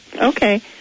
Okay